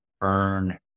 earn